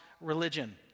religion